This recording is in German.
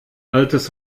altes